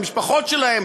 המשפחות שלהם,